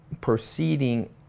proceeding